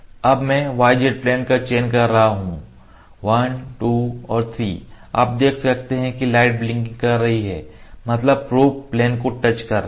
अब मैं yz plane का चयन कर रहा हूँ 1 2 और 3 आप देख सकते हैं कि लाइट ब्लिंकिंग कर रही है मतलब प्रोब प्लेन को टच कर रहा है